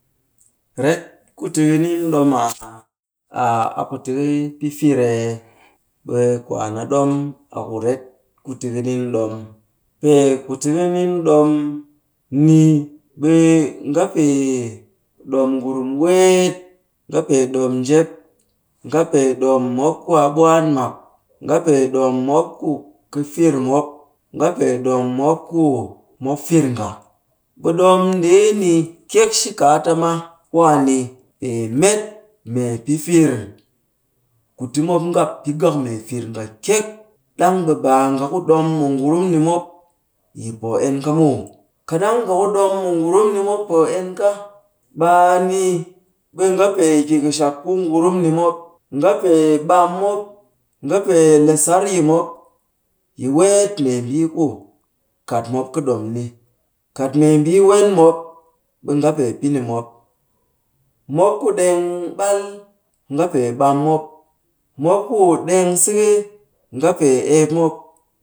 Ret ku ti kɨ nin ɗom aa, aa a ku ti ka pɨ fir ee? Ɓe kwaan a ɗom a ku ret ku tika nin ɗom. Pee ku tika nin ɗom ni, ɓe nga pee ɗom ngurum weet, nga pee ɗom njep, nga pee ɗom mop ku a ɓwaan mak, nga pee ɗom mop ku ka. fir mop nga pee ɗom mop ku mop fir yi nga. Ɓe ɗom ndeeni kyek shi kaata ma, kwaani pee met mee pɨ fir ku ti mop ngap pɨ gag mee fir nga kyek. Ɗang ɓe baa nga ku ɗom mu ngurum ni mop yi poo en ka muw. Kat ɗang nga ku ɗom mu ngurum ni mop poo en ka, ɓe a ni. Ɓe nga pee ki kɨshak ku nurum ni mop. Nga pee ɓam mop, nga pee le sar yi mop yi weet membii ku kat mop kɨ ɗom ni. Kat membii wen mop, ɓe nga pee pɨ ni mop. Mop ku ɗeng ɓal, nga pee ɓam mop. Mop ku ɗeng siki, nga pee eep mop.